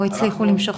או הצליחו למשוך כספים?